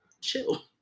chill